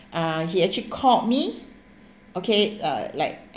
uh he actually called me okay uh like